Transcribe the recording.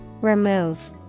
Remove